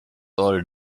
all